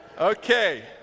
Okay